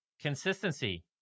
Consistency